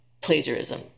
plagiarism